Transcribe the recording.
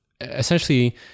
essentially